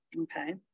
Okay